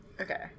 Okay